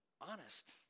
honest